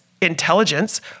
intelligence